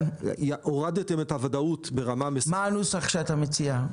הורדתם את הוודאות ברמה --- מה הנוסח שאתה מציע?